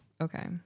okay